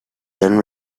then